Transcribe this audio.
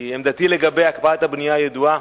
כי עמדתי לגבי הקפאת הבנייה ידועה.